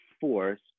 force